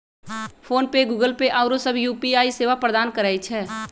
PhonePe, Google Pay आउरो सभ UPI सेवा प्रदान करै छै